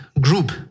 group